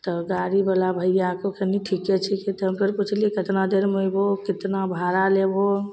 तब गाड़ीवला भइआ ओ तनि ठीके छिकै तऽ हम फेर पुछली कतना देरमे अएबहो कतना भाड़ा लेबहो